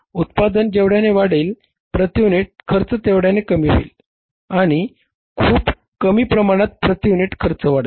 उत्पादन जेवढ्याने वाढेल प्रती युनिट खर्च तेवढ्याने कमी होईल आणि खूप कमी प्रमाणात प्रती युनिट खर्च वाढेल